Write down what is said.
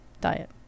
diet